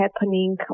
happening